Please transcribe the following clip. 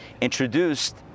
introduced